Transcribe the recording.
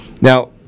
Now